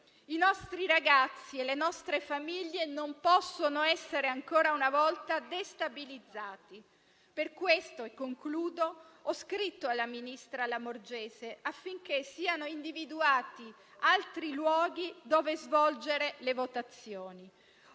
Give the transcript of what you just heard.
I nostri ragazzi e le nostre famiglie non possono essere ancora una volta destabilizzati. Per questo - e concludo - ho scritto al ministro Lamorgese, affinché siano individuati altri luoghi dove svolgere le votazioni.